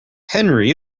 henry